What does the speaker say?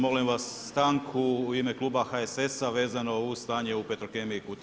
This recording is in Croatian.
Molim vas stanku u ime kluba HSS-a vezano uz stanje u Petrokemiji Kutina.